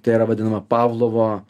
tai yra vadinama pavlovo